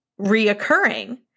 reoccurring